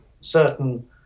certain